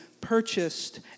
purchased